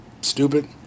stupid